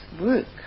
work